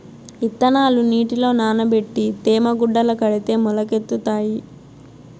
ఇత్తనాలు నీటిలో నానబెట్టి తేమ గుడ్డల కడితే మొలకెత్తుతాయి